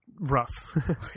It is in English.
rough